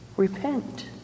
Repent